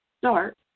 Start